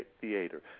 Theater